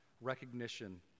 recognition